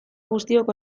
guztiok